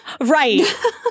Right